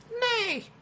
Nay